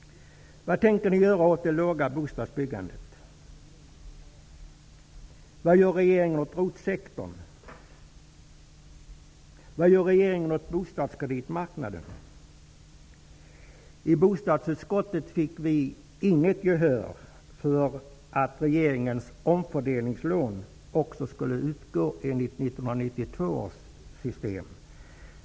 Vad tänker ni göra åt det låga bostadsbyggandet? Vad gör regeringen åt ROT I bostadsutskottet fick vi inget gehör för att regeringens omfördelningslån också skulle utgå enligt 1992 års system.